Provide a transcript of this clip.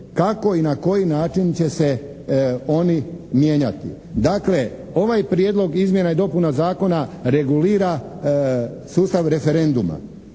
kako i na koji način će se oni mijenjati? Dakle ovaj Prijedlog izmjena i dopuna zakona regulira sustav referenduma.